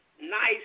nice